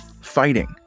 fighting